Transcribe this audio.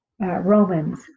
Romans